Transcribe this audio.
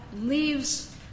leaves